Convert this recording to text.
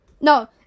No